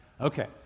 okay